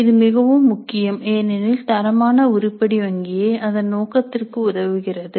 இது மிகவும் முக்கியம் ஏனெனில் தரமான உருப்படி வங்கியை அதன் நோக்கத்திற்கு உதவுகிறது